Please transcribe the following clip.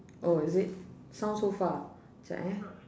oh is it sound so far it's like eh